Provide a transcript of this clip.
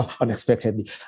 unexpectedly